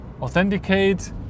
authenticate